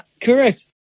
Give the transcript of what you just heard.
Correct